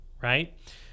right